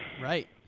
Right